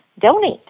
donate